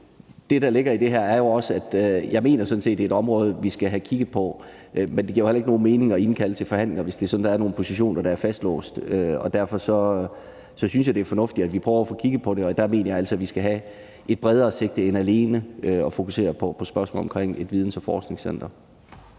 det, der ligger i det her, jo også er, at jeg sådan set mener, at det er et område, vi skal have kigget på. Men det giver jo heller ikke nogen mening at indkalde til forhandlinger, hvis det er sådan, at der er nogle positioner, der er fastlåst. Derfor synes jeg, det er fornuftigt, at vi prøver at få kigget på det. Der mener jeg altså, at vi skal have et bredere sigte end alene at fokusere på spørgsmålet omkring et videns- og forskningscenter.